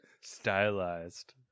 Stylized